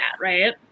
Right